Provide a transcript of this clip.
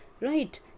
Right